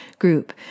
group